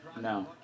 No